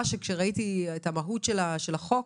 שהוא במהות של החוק.